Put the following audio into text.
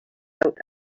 out